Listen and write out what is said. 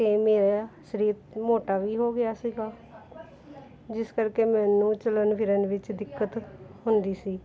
ਅਤੇ ਮੇਰਾ ਸਰੀਰ ਮੋਟਾ ਵੀ ਹੋ ਗਿਆ ਸੀਗਾ ਜਿਸ ਕਰਕੇ ਮੈਨੂੰ ਚੱਲਣ ਫਿਰਨ ਵਿੱਚ ਦਿੱਕਤ ਹੁੰਦੀ ਸੀ